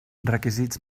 requisits